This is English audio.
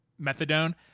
methadone